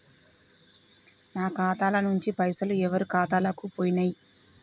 నా ఖాతా ల నుంచి పైసలు ఎవరు ఖాతాలకు పోయినయ్?